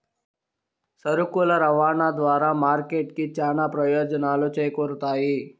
సరుకుల రవాణా ద్వారా మార్కెట్ కి చానా ప్రయోజనాలు చేకూరుతాయి